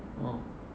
ah